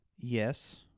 Yes